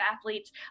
athletes